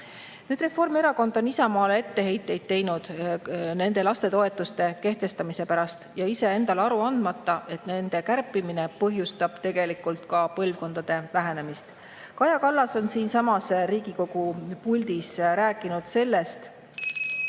Reformierakond on Isamaale teinud etteheiteid nende lastetoetuste kehtestamise pärast. Seda endale aru andmata, et nende kärpimine põhjustab tegelikult ka põlvkondade [arvukuse] vähenemist. Kaja Kallas on siinsamas Riigikogu puldis rääkinud sellest